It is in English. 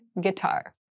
guitar